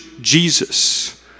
Jesus